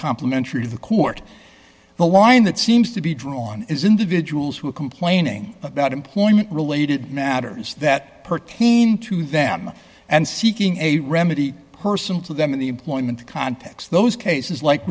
uncomplimentary to the court the line that seems to be drawn is individuals who are complaining about employment related matters that pertain to them and seeking a remedy personal to them in the employment context those cases like